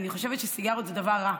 אני חושבת שסיגריות זה דבר רע,